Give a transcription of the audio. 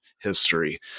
history